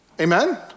Amen